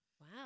Wow